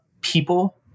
people